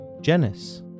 genus